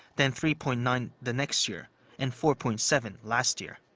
then three point nine the next year and four point seven last year.